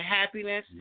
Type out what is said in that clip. happiness